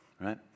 right